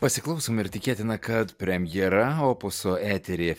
pasiklausom ir tikėtina kad premjera opuso eteryje